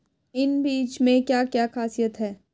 इन बीज में क्या क्या ख़ासियत है?